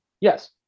Yes